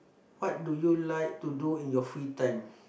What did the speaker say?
what do you like to do in your free time